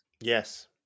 Yes